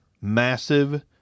massive